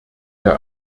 der